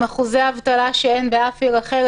עם אחוזי אבטלה שאין בשום עיר אחרת.